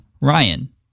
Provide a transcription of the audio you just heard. Ryan